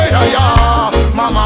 Mama